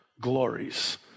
glories